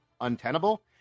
untenable